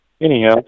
anyhow